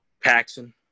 Paxson